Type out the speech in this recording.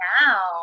now